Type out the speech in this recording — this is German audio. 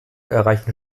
erreichen